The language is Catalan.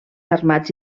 armats